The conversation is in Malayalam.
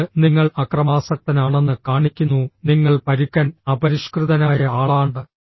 ഇത് നിങ്ങൾ അക്രമാസക്തനാണെന്ന് കാണിക്കുന്നു നിങ്ങൾ പരുക്കൻ അപരിഷ്കൃതനായ ആളാണ്